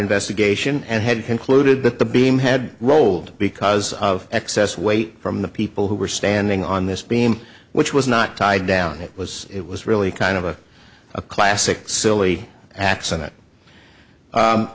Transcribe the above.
investigation and had concluded that the beam had rolled because of excess weight from the people who were standing on this beam which was not tied down it was it was really kind of a a classic silly accident i